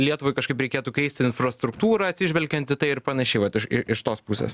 lietuvai kažkaip reikėtų keisti infrastruktūrą atsižvelgiant į tai ir panašiai vat i iš tos pusės